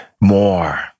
more